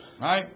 Right